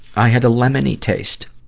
i had a lemony taste.